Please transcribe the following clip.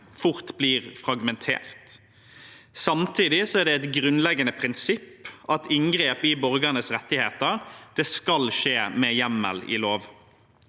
fort blir fragmentert. Samtidig er det et grunnleggende prinsipp at inngrep i borgernes rettigheter skal skje med hjemmel i lov.